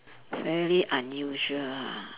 very unusual ah